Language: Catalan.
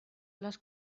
les